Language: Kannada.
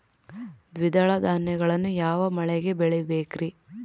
ದ್ವಿದಳ ಧಾನ್ಯಗಳನ್ನು ಯಾವ ಮಳೆಗೆ ಬೆಳಿಬೇಕ್ರಿ?